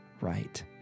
right